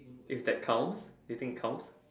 if that counts do you think it counts